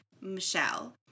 Michelle